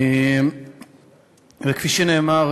כפי שנאמר,